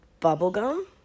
bubblegum